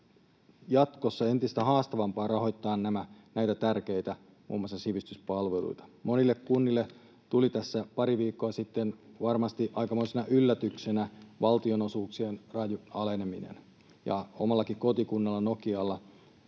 jatkossa entistä haastavampaa rahoittaa muun muassa näitä tärkeitä sivistyspalveluita. Monille kunnille tuli tässä pari viikkoa sitten varmasti aikamoisena yllätyksenä valtionosuuksien raju aleneminen, ja omassakin kotikunnassani Nokialla